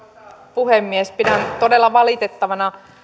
puhemies pidän todella valitettavina